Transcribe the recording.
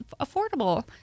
affordable